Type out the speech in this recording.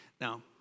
Now